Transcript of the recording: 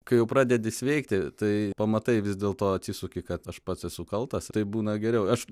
kai jau pradedi sveikti tai pamatai vis dėl to atsisuki kad aš pats esu kaltas taip būna geriau aš